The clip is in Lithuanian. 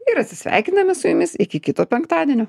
ir atsisveikiname su jumis iki kito penktadienio